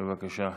בבקשה.